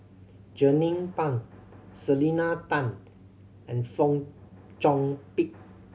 Jernnine Pang Selena Tan and Fong Chong Pik